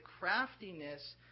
craftiness